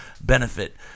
benefit